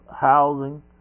housing